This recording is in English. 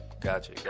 Gotcha